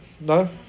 No